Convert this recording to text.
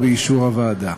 או באישור הוועדה.